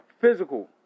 physical